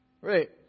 Right